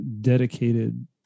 dedicated